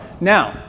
Now